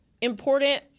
Important